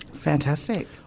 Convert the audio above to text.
Fantastic